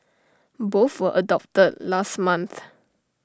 both were adopted last month